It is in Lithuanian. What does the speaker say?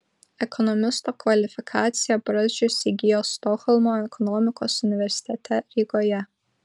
ekonomisto kvalifikaciją brazdžius įgijo stokholmo ekonomikos universitete rygoje